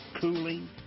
cooling